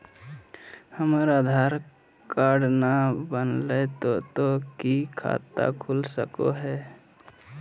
हमर आधार कार्ड न बनलै तो तो की खाता खुल सको है?